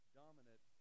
dominant